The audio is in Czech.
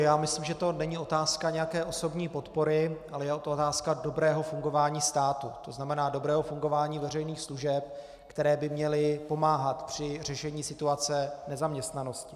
Já myslím, že to není otázka nějaké osobní podpory, ale je to otázka dobrého fungování státu, tzn. dobrého fungování veřejných služeb, které by měly pomáhat při řešení situace nezaměstnanosti.